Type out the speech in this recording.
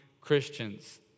Christians